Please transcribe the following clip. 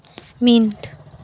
ᱢᱤᱫ